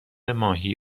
ماهی